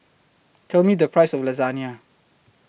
Tell Me The Price of Lasagne